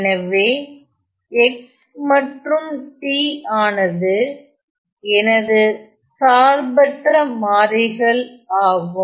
எனவே x மற்றும் t ஆனது எனது சார்பற்ற மாறிகள் ஆகும்